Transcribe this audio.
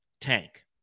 tank